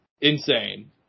insane